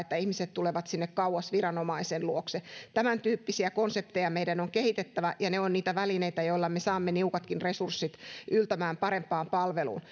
että ihmiset tulevat sinne kauas viranomaisen luokse tämäntyyppisiä konsepteja meidän on kehitettävä ja ne ovat niitä välineitä joilla me saamme niukatkin resurssit yltämään parempaan palveluun